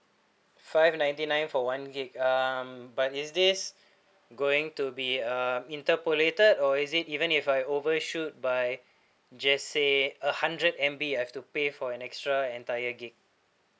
five ninety nine for one gig um but is this going to be uh interpolated or is it even if I overshoot by just say a hundred M_B I have to pay for an extra entire gig